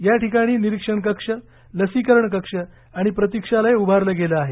या ठिकाणी निरीक्षण कक्ष लसीकरण कक्ष आणि प्रतिक्षालय उभारले आहे